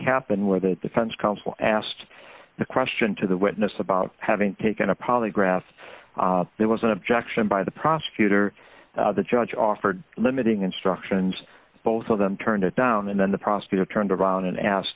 happened where the defense counsel asked the question to the witness about having taken a polygraph there was an objection by the prosecutor the judge offered limiting instructions both of them turned it down and then the prosecutor turned around and asked